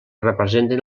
representen